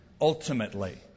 ultimately